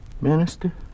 minister